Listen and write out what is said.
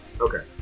Okay